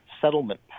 settlement